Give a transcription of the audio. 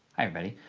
everybody.